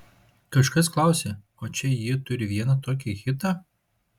kažkas klausė o čia ji turi vieną tokį hitą